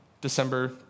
December